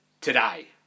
today